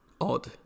odd